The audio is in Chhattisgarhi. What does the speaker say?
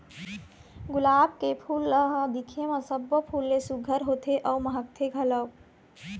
गुलाब के फूल ल ह दिखे म सब्बो फूल ले सुग्घर होथे अउ महकथे घलोक